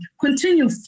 continue